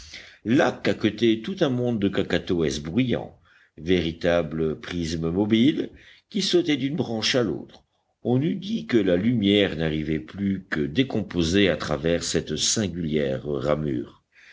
là caquetait tout un monde de kakatoès bruyants véritables prismes mobiles qui sautaient d'une branche à l'autre on eût dit que la lumière n'arrivait plus que décomposée à travers cette singulière ramure